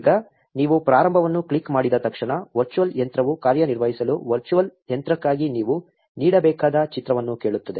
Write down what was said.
ಈಗ ನೀವು ಪ್ರಾರಂಭವನ್ನು ಕ್ಲಿಕ್ ಮಾಡಿದ ತಕ್ಷಣ ವರ್ಚುವಲ್ ಯಂತ್ರವು ಕಾರ್ಯನಿರ್ವಹಿಸಲು ವರ್ಚುವಲ್ ಯಂತ್ರಕ್ಕಾಗಿ ನೀವು ನೀಡಬೇಕಾದ ಚಿತ್ರವನ್ನು ಕೇಳುತ್ತದೆ